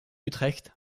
utrecht